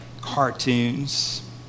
cartoons